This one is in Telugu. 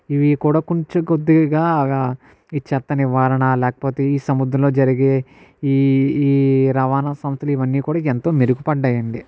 ఇవి కూడా కొంచెం కొద్దిగా ఈ చెత్త నివారణ లేకపోతే ఈ సముద్రంలో జరిగే ఈ ఈ రవాణా సంస్థలు ఇవన్నీ కూడా ఎంతో మెరుగుపడ్డాయండి